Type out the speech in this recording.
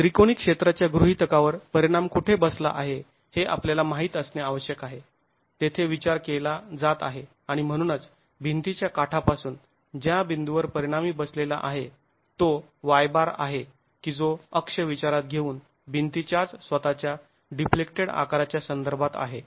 त्रिकोणी क्षेत्राच्या गृहितकावर परिणाम कुठे बसला आहे हे आपल्याला माहीत असणे आवश्यक आहे तेथे विचार केला जात आहे आणि म्हणूनच भिंतीच्या काठापासून ज्या बिंदूवर परिणामी बसलेला असतो ते आहे की जो अक्ष विचारात घेऊन भिंतीच्याच स्वतःच्या डिफ्लेक्टेड आकाराच्या संदर्भात आहे